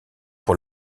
pour